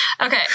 Okay